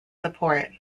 support